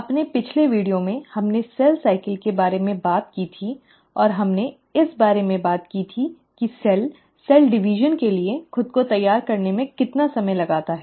अपने पिछले वीडियो में हमने कोशिका चक्र के बारे में बात की थी और हमने इस बारे में बात की थी कि सेल सेल विभाजन के लिए खुद को तैयार करने में कितना समय लगता है